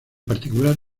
particular